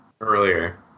earlier